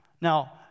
Now